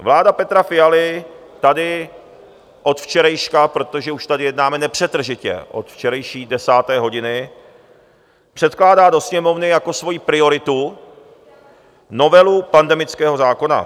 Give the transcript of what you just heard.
Vláda Petra Fialy tady od včerejška, protože už tady jednáme nepřetržitě od včerejší 10. hodiny, předkládá do Sněmovny jako svoji prioritu novelu pandemického zákona.